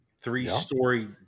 three-story